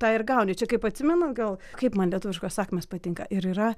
tą ir gauni čia kaip atsimenat gal kaip man lietuviškos sakmės patinka ir yra